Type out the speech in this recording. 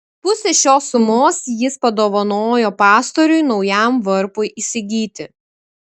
pusę šios sumos jis padovanojo pastoriui naujam varpui įsigyti